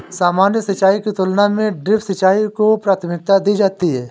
सामान्य सिंचाई की तुलना में ड्रिप सिंचाई को प्राथमिकता दी जाती है